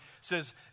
says